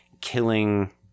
killing